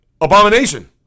abomination